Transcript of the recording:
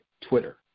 Twitter